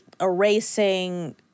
erasing